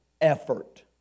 effort